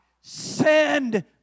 Send